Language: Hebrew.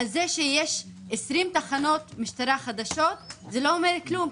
זה שיש 20 תחנות משטרה חדשות לא אומר כלום,